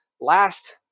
Last